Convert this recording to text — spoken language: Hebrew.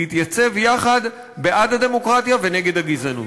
להתייצב יחד בעד הדמוקרטיה ונגד הגזענות.